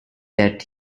that